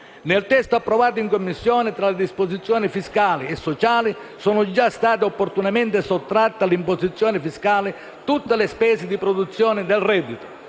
Nel testo approvato in Commissione, tra le disposizioni fiscali e sociali sono già state opportunamente sottratte all'imposizione fiscale tutte le spese di produzione del reddito.